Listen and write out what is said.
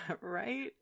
right